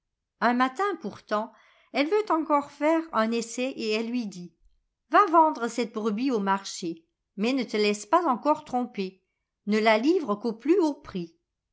un matin pourtant elle veut encore faire un essai et elle lui dit va vendre cette brebis au marché mais ne te laisse pas encore tromper ne la livre qu'au plus haut prix